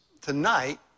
tonight